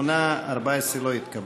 58. הסתייגות מס' 14 לא התקבלה.